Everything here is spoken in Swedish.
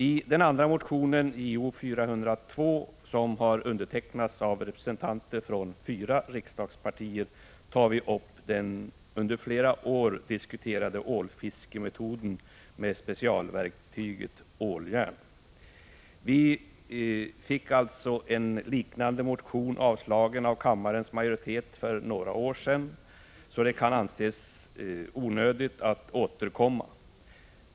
I den andra motionen, Jo402, som har undertecknats av representanter för fyra riksdagspartier, tar vi upp den under flera år diskuterade ålfiskemetoden med specialverktyget åljärn. Vi fick en liknande motion avslagen av kammarens majoritet för några år sedan, varför det kan tyckas onödigt att återkomma i frågan.